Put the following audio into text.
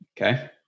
Okay